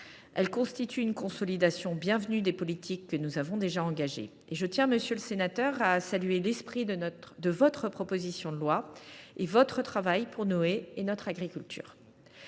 Elle constitue une consolidation bienvenue des politiques que nous avons déjà engagées et je tiens, monsieur le sénateur, à saluer l’esprit de votre proposition de loi et votre travail pour nos haies et notre agriculture.